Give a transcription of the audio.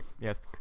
Yes